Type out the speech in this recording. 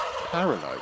Paralyzed